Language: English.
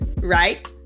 right